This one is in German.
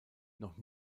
noch